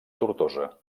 tortosa